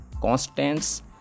constants